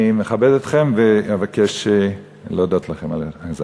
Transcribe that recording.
אני מכבד אתכם ומבקש להודות לכם על ההאזנה.